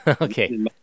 Okay